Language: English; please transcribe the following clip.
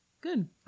good